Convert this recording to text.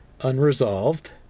unresolved